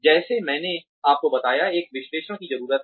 जैसे मैंने आपको बताया एक विश्लेषण की जरूरत है